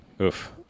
Oof